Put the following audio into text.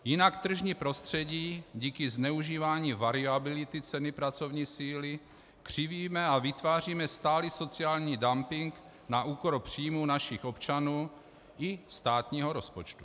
Jinak tržní prostředí díky zneužívání variability ceny pracovní síly křivíme a vytváříme stálý sociální dumping na úkor příjmů našich občanů i státního rozpočtu.